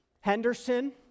Henderson